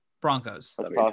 Broncos